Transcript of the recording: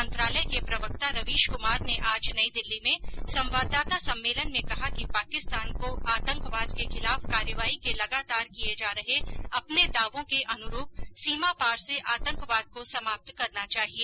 मंत्रालय के प्रवक्ता रवीश कमार ने आज नई दिल्ली में संवाददाता सम्मेलन में कहा कि पाकिस्तान को आतंकवाद के खिलाफ कार्रवाई के लगातार किए जा रहे अपने दावों के अनुरूप सीमापार से आतंकवाद को समाप्त करना चाहिए